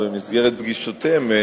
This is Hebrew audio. במסגרת פגישותיהם,